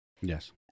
Yes